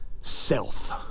self